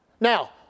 Now